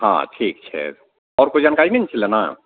हँ ठीक छै आओर कोइ जानकारी नहि ने छलय ने